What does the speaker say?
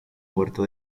puerto